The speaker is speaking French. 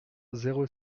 zéro